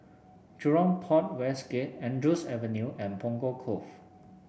Jurong Port West Gate Andrews Avenue and Punggol Cove